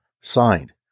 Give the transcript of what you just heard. signed